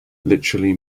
literally